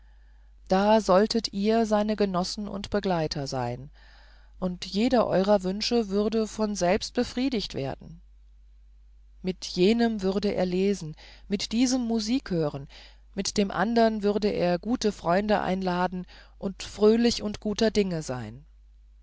da solltet ihr seine genossen und begleiter sein und jeder eurer wünsche würde von selbst befriedigt werden mit jenem würde er lesen mit diesem musik hören mit dem andern würde er gute freunde einladen und fröhlich und guter dinge sein